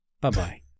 Bye-bye